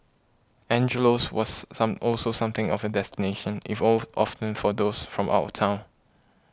Angelo's was some also something of a destination if of often for those from out of town